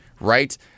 right